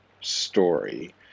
story